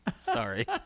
Sorry